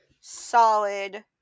solid